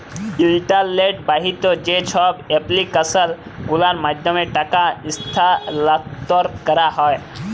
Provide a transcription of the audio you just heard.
ইলটারলেট বাহিত যা ছব এপ্লিক্যাসল গুলার মাধ্যমে টাকা ইস্থালাল্তর ক্যারা হ্যয়